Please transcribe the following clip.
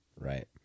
right